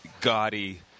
gaudy